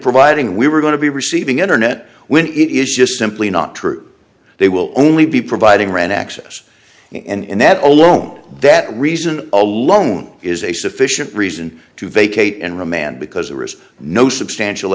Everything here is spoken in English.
providing we were going to be receiving internet when it is just simply not true they will only be providing rent access and that alone that reason alone is a sufficient reason to vacate and remand because there is no substantial